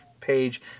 page